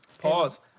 Pause